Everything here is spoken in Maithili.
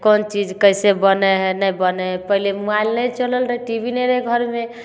कोन चीज कैसे बनै हइ नहि बनै हइ पहिले मोबाइल नहि चलल रहै टी भी नहि रहै घरमे